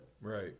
Right